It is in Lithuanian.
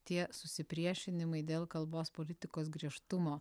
tie susipriešinimai dėl kalbos politikos griežtumo